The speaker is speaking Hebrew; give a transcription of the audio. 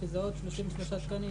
שזה עוד 33 תקנים.